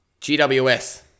GWS